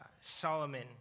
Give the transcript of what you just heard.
Solomon